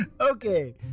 Okay